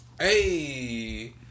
Hey